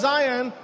Zion